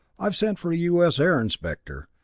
i've sent for a u s. air inspector.